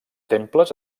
temples